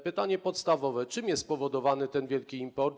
Pytanie podstawowe: Czym jest spowodowany ten wielki import?